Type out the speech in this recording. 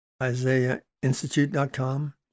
isaiahinstitute.com